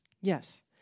Yes